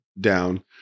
down